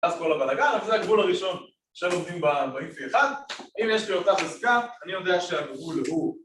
‫אז כל הבלאגן, זה הגבול הראשון ‫שעובדים ב-41. ‫אם יש לי אותה חזקה, ‫אני יודע שהגבול הוא...